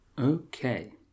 Okay